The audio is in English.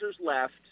left